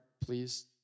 please